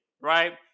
right